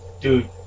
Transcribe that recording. Dude